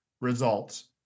results